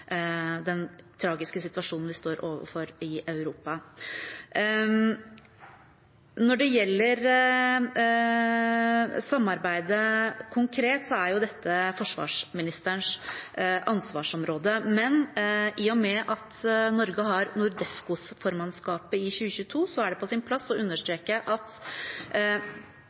den tragiske situasjonen vi står overfor i Europa. Når det gjelder samarbeidet konkret, er jo dette forsvarsministerens ansvarsområde, men i og med at Norge har NORDEFCO-formannskapet i 2022, er det på sin plass å understreke at